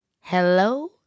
Hello